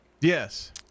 Yes